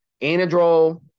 Anadrol